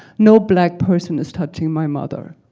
no black person is touching my mother,